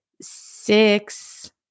six –